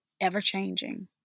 ever-changing